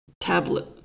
tablet